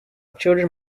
children